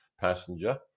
passenger